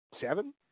Seven